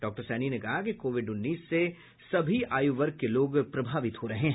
doctor Saini ने कहा कि कोविड उन्नीस से सभी आयु वर्ग के लोग प्रभावित हो रहे हैं